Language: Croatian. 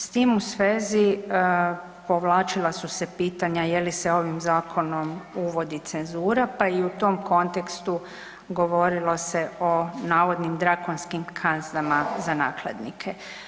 S tim u vezi povlačila su se pitanja je li se ovim zakonom uvodi cenzura, pa i u tom kontekstu govorilo se o navodnim drakonskim kaznama za nakladnike.